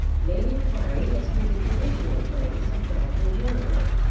made inquiry as to the condition of things at bragton generally.